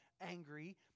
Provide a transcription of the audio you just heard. angry